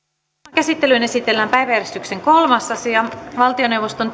käsittelyyn esitellään päiväjärjestyksen kolmas asia valtioneuvoston